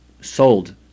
sold